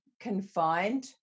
confined